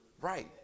Right